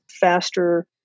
faster